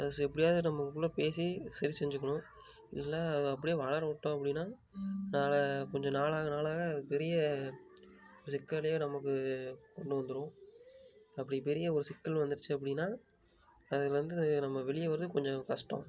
அது ச எப்படியாவது நம்மளுக்குள்ள பேசி சரி செஞ்சிக்கணும் இல்லை அது அப்படியே வளர விட்டோம் அப்படினா நாளை கொஞ்ச நாளாக நாளாக அது பெரிய சிக்கலையே நமக்கு கொண்டு வந்துரும் அப்படி ஒரு பெரிய சிக்கல் வந்துருச்சு அப்படினா அதில் இருந்து நம்ம வெளிய வர்றது கொஞ்சம் கஷ்டம்